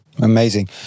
Amazing